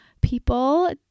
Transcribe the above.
people